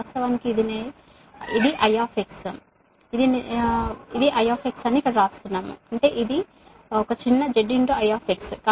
వాస్తవానికి ఇది I ఇది నేను ఇక్కడ వ్రాస్తున్నాను అది చిన్న z I కుడి